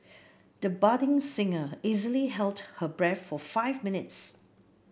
the budding singer easily held her breath for five minutes